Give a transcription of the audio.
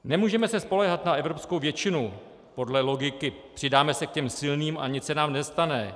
Nemůžeme se poléhat na evropskou většinu podle logiky: přidáme se k těm silným a nic se nám nestane.